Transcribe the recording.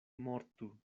mortu